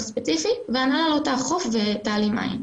ספציפי וההנהלה לא תאכוף ותעלים עין.